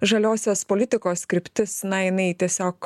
žaliosios politikos kryptis na jinai tiesiog